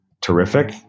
terrific